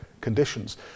conditions